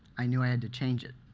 i knew i had to change it.